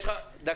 יש לך דקתיים.